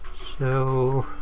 so.